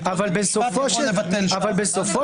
אבל כנגד הדבר